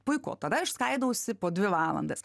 puiku tada aš skaidausi po dvi valandas